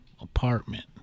apartment